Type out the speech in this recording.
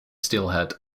steelhead